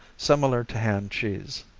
similar to hand cheese.